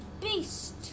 beast